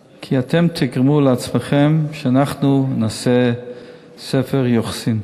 כי אתם תגרמו לעצמכם שאנחנו נעשה ספר יוחסין.